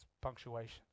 punctuation